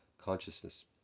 consciousness